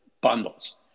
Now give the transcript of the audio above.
bundles